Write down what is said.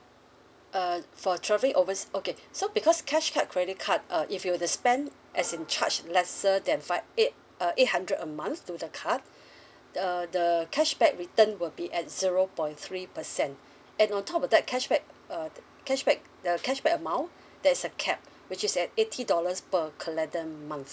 uh for travelling overseas okay so because cash card credit card uh if you were to spend as in charge lesser than five eight uh eight hundred a month to the card uh the cashback return will be at zero point three percent and on top of that cashback uh cashback the cashback amount there is a cap which is at eighty dollars per calendar month